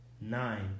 Nine